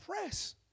press